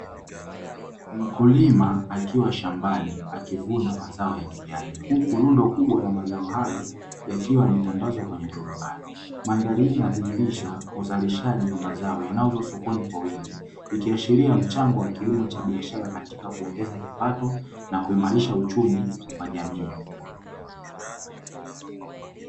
Mkulima akiwa shambani akivuna mazao ya kijani huku rundo kubwa la mazao hayo yakiwa yametandazwa kwenye turubai. Mandhari hii inadhihirisha uzalishaji wa mazao yanayouzwa sokoni kwa wingi, ikiashiria mchango wa kilimo cha biashara katika kuongeza kipato na kuimarisha uchumi kwa jamii.